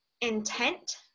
intent